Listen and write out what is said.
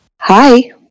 Hi